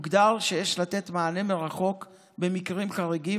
הוגדר שיש לתת מענה מרחוק במקרים חריגים,